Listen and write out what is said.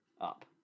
up